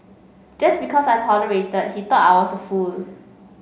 just because I tolerated he thought I was a fool